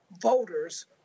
voters